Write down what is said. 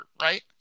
right